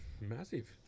Massive